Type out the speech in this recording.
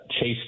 chase